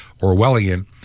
Orwellian